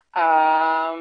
הרשויות.